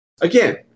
again